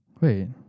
Wait